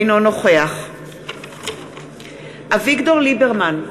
אינו נוכח אביגדור ליברמן,